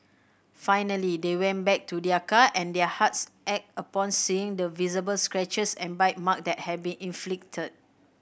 finally they went back to their car and their hearts ached upon seeing the visible scratches and bite mark that had been inflicted